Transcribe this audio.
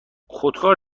خودکار